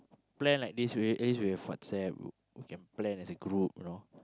plan like this way at least we have WhatsApp we can plan as a group you know